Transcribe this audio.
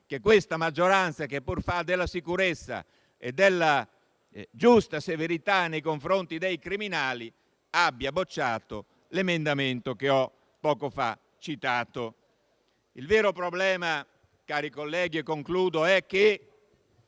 che questa maggioranza, che parla di sicurezza e di giusta severità nei confronti dei criminali, abbia bocciato l'emendamento che ho poco fa citato. Il vero problema, cari colleghi (e concludo), è che